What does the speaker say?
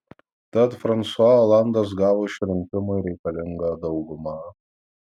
tad fransua olandas gavo išrinkimui reikalingą daugumą